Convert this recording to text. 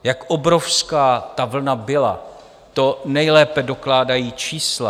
Jak obrovská ta vlna byla, to nejlépe dokládají čísla.